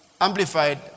amplified